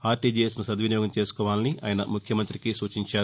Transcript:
అర్టీజీఎస్ను సద్వినియోగం చేసుకోవాలని ఆయన ముఖ్యమంతికి సూచించారు